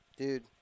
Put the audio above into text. Dude